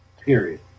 period